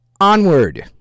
Onward